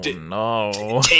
no